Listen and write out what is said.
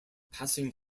passing